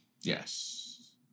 Yes